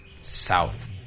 south